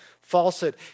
falsehood